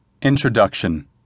Introduction